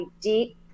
deep